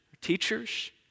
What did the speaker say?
teachers